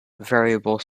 variable